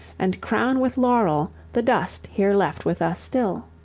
and crown with laurel the dust here left with us still.